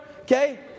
Okay